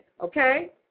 Okay